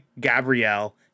Gabrielle